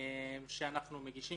שאנחנו מגישים.